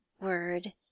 word